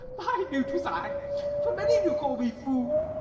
i knew t was i for many do call me fool.